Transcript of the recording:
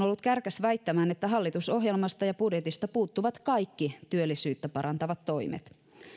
ollut kärkäs väittämään että hallitusohjelmasta ja budjetista puuttuvat kaikki työllisyyttä parantavat toimet